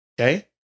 Okay